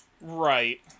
Right